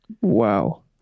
Wow